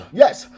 yes